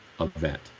event